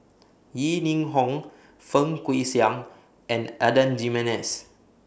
Yeo Ning Hong Fang Guixiang and Adan Jimenez